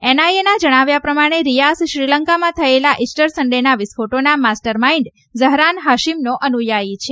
એનઆઇએના જણાવ્યા પ્રમાણે રિપાસ શ્રીલંકામાં થયેલા ઇસ્ટર સન્ડેના વિસ્ફોટોના માસ્ટર માઇન્ડ ઝહરાન હાશીમનો અનુયાયી છે